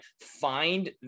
Find